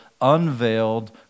unveiled